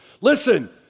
Listen